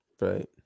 Right